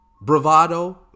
bravado